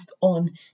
on